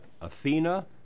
Athena